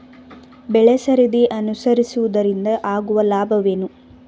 ಬೆಳೆಸರದಿ ಅನುಸರಿಸುವುದರಿಂದ ಆಗುವ ಲಾಭವೇನು?